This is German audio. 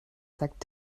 sagt